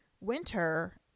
winter